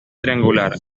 triangular